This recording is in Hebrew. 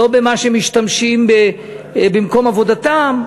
לא במה שהם משתמשים במקום עבודתם.